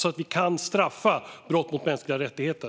Med en sådan skulle vi kunna straffa brott mot mänskliga rättigheter.